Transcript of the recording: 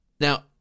Now